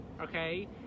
okay